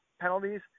penalties